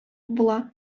була